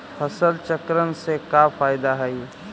फसल चक्रण से का फ़ायदा हई?